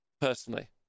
Personally